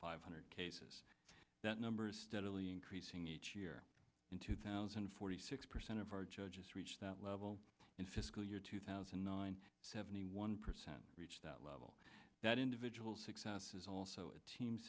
five hundred cases that number is steadily increasing each year in two thousand and forty six percent of our judges reach that level in fiscal year two thousand and nine seventy one percent reach that level that individual success is also a team